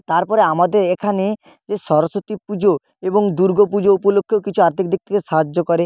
তারপরে আমাদের এখানে এ সরস্বতী পুজো এবং দুর্গো পুজো উপলক্ষেও কিছু আর্থিক দিক থেকে সাহায্য করে